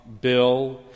Bill